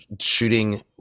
shooting